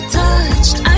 touched